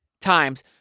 times